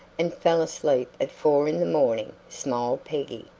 and fell asleep at four in the morning, smiled peggy.